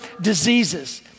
diseases